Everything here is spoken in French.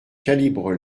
calibre